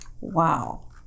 Wow